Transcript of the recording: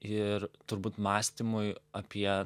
ir turbūt mąstymui apie